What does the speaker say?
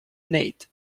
nate